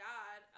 God